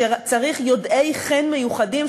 שצריך יודעי ח"ן מיוחדים,